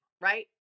right